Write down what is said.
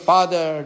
Father